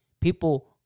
people